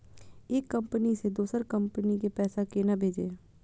एक कंपनी से दोसर कंपनी के पैसा केना भेजये?